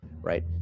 Right